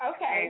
Okay